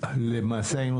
אז אנחנו